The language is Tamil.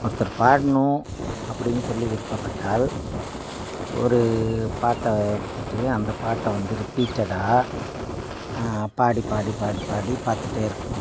ஒருத்தர் பாடணும் அப்படின்னு சொல்லி விருப்பப்பட்டால் ஒரு பாட்டை எடுத்துகிட்டு அந்த பாட்டை வந்து ரிப்பீட்டடாக பாடி பாடி பாடி பாடி பார்த்துட்டே இருக்கணும்